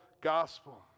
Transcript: gospel